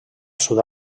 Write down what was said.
sud